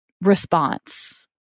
response